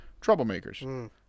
troublemakers